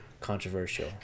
controversial